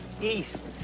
east